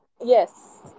Yes